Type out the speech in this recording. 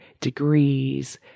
degrees